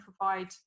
provide